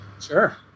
Sure